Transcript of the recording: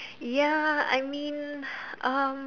ya I mean uh